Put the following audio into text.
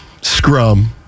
Scrum